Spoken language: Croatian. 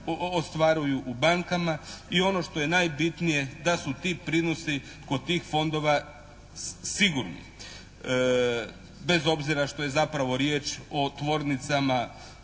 ostvaruju u bankama. I ono što je najbitnije da su ti prinosi kod tih fondova sigurni bez obzira što je zapravo riječ o tvornicama